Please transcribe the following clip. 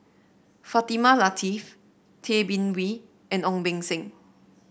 Fatimah Lateef Tay Bin Wee and Ong Beng Seng